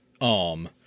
arm